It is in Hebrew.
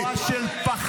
חבורה של פחדנים.